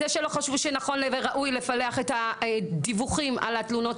זה שלא חשבו שנכון וראוי לפלח את הדיווחים על התלונות